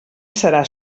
serà